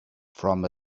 from